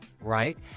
right